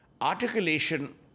Articulation